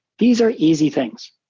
these are easy things.